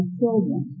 children